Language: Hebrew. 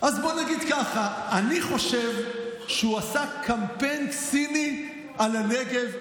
אז בוא נגיד ככה: "אני חושב שהוא עשה קמפיין ציני על הנגב והגליל".